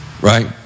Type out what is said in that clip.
right